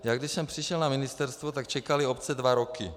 Když jsem přišel na ministerstvo, tak čekaly obce dva roky.